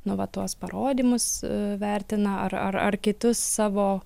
nu vat tuos parodymus vertina ar ar kitus savo